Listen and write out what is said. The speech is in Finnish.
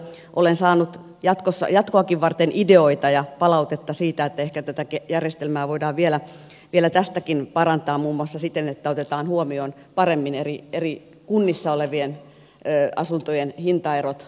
olen saanut jatkoakin varten ideoita ja palautetta että ehkä tätä järjestelmää voidaan vielä tästäkin parantaa muun muassa siten että otetaan huomioon paremmin eri kunnissa olevien asuntojen hintaerot